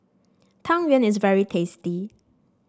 Tang Yuen is very tasty